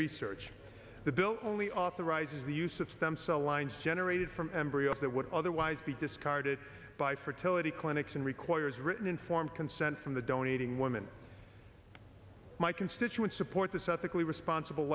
research the bill only authorizes the use of stem cell lines generated from embryos that would otherwise be discarded by fertility clinics and requires written informed consent from the donating woman my constituents support the south equally responsible